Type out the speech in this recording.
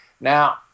Now